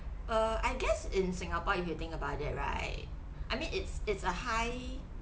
err I guess in singapore if you think about it right I mean it's it's a high